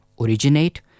originate